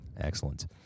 Excellent